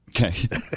Okay